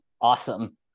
Awesome